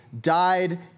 died